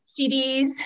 CDs